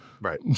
right